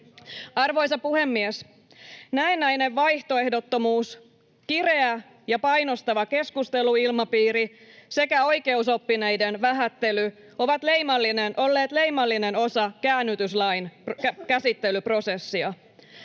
Arvoisa puhemies! Näennäinen vaihtoehdottomuus, kireä ja painostava keskusteluilmapiiri sekä oikeusoppineiden vähättely ovat olleet leimallinen osa käännytyslain käsittelyprosessia.